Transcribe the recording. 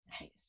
Nice